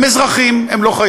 הם אזרחים, הם לא חיילים,